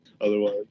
Otherwise